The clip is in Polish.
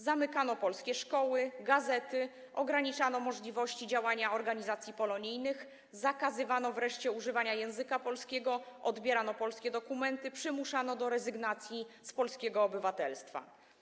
Zamykano polskie szkoły, gazety, ograniczano możliwości działania organizacji polonijnych, zakazywano wreszcie używania języka polskiego, odbierano polskie dokumenty, przymuszano do rezygnacji z polskiego obywatelstwa.